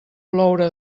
ploure